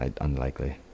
Unlikely